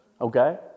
okay